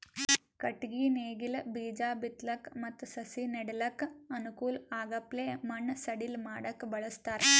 ಕಟ್ಟಗಿ ನೇಗಿಲ್ ಬೀಜಾ ಬಿತ್ತಲಕ್ ಮತ್ತ್ ಸಸಿ ನೆಡಲಕ್ಕ್ ಅನುಕೂಲ್ ಆಗಪ್ಲೆ ಮಣ್ಣ್ ಸಡಿಲ್ ಮಾಡಕ್ಕ್ ಬಳಸ್ತಾರ್